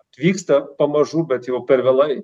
atvyksta pamažu bet jau per vėlai